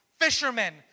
fishermen